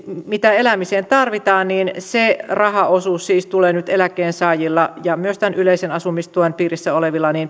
mitä elämiseen tarvitaan se rahaosuus siis tulee nyt eläkkeensaajilla ja myös tämän yleisen asumistuen piirissä olevilla